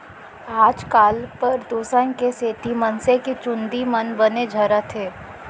आजकाल परदूसन के सेती मनसे के चूंदी मन बने झरत हें